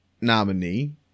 nominee